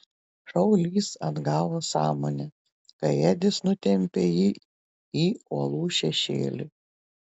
šaulys atgavo sąmonę kai edis nutempė jį į uolų šešėlį